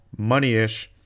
Moneyish